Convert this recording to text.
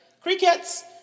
crickets